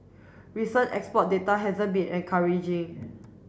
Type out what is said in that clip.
recent export data hasn't been encouraging